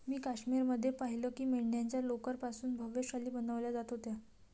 मी काश्मीर मध्ये पाहिलं की मेंढ्यांच्या लोकर पासून भव्य शाली बनवल्या जात होत्या